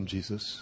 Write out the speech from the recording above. Jesus